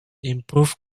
improved